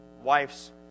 wife's